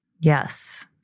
Yes